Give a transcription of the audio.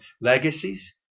legacies